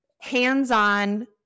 hands-on